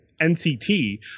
NCT